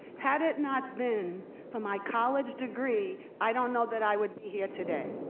had it not been for my college degree, i don't know that i would be here today.